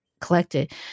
collected